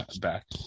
back